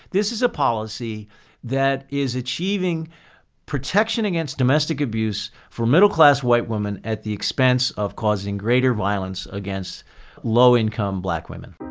this is a policy that is achieving protection against domestic abuse for middle class white woman at the expense of causing greater violence against low income black women